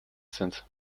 sind